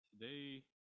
Today